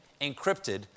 encrypted